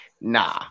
Nah